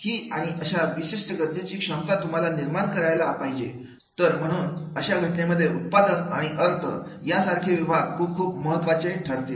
ही आणि अशा विशिष्ट गरजेची क्षमता तुम्हाला निर्माण करायला पाहिजे तर म्हणून अशा घटनेमध्ये उत्पादन आणि अर्थ यासारखे विभाग खूप खूप महत्त्वाचे ठरतील